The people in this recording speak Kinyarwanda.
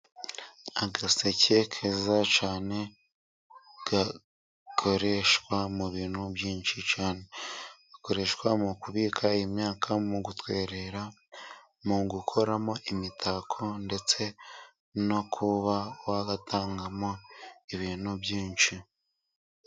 Agaseke keza cyane gakoreshwa mu bintu byinshi cyane. Gakoreshwa mu kubika imyaka, mu gutwerera, mu gukoramo imitako ndetse no kuba wagatangamo ibintu byinshi.